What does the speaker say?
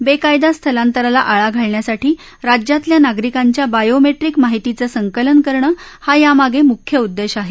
बेकायदा स्थलांतराला आळा घालण्यासाठी राज्यातल्या नागरिकांच्या बायोमेट्रीक माहितीचं संकलन करणं हा यामागे मुख्य उद्देश आहे